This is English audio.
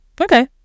Okay